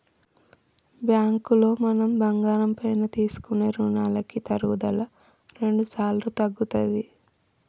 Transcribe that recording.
బ్యాంకులో మనం బంగారం పైన తీసుకునే రుణాలకి తరుగుదల రెండుసార్లు తగ్గుతది